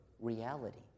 reality